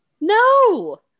No